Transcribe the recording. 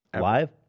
Live